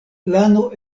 lano